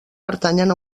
pertanyen